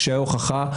קשיי ההוכחה,